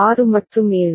6 மற்றும் 7